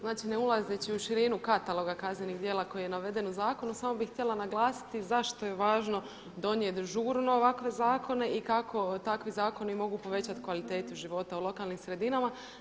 Znači ne ulazeći u širinu kataloga kaznenih djela koji je naveden u zakonu samo bi htjela naglasiti zašto je važno donijeti žurno ovakve zakone i kako takvi zakoni mogu povećati kvalitetu života u lokalnim sredinama.